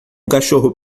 cachorro